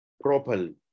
properly